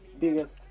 biggest